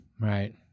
Right